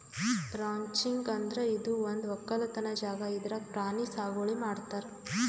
ranching ಅಂದ್ರ ಇದು ಒಂದ್ ವಕ್ಕಲತನ್ ಜಾಗಾ ಇದ್ರಾಗ್ ಪ್ರಾಣಿ ಸಾಗುವಳಿ ಮಾಡ್ತಾರ್